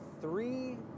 three